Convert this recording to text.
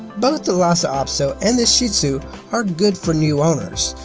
both the lhasa apso and the shih tzu are good for new owners,